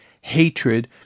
hatred